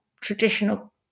traditional